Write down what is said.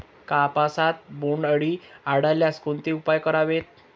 कापसात बोंडअळी आढळल्यास कोणते उपाय करावेत?